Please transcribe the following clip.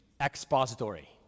expository